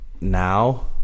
now